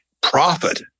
profit